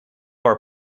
our